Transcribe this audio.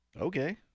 Okay